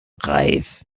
reif